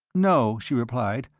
no, she replied,